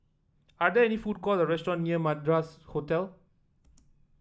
are there any food court restaurants near Madras Hotel